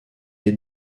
est